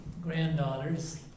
granddaughters